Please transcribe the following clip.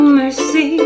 mercy